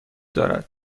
دارد